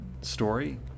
story